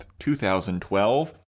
2012